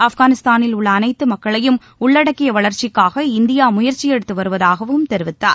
ஆப்கானிஸ்தானில் உள்ள அனைத்து மக்களையும் உள்ளடக்கிய வளர்ச்சிக்காக இந்தியா முயற்சி எடுத்து வருவதாகவும் தெரிவித்தார்